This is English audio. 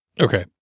Okay